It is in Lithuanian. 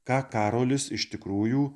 ką karolis iš tikrųjų